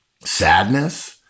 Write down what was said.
sadness